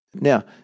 Now